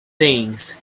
things